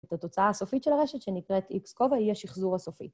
התוצאה הסופית של הרשת ‫שנקראת איקס קובה היא השחזור הסופי.